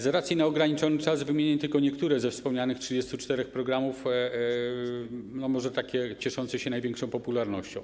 Z racji na ograniczony czas wymienię tylko niektóre ze wspomnianych 34 programów, może te cieszące się największą popularnością.